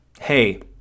hey